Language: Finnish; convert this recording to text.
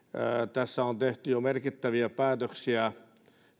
tässä on tehty jo merkittäviä päätöksiä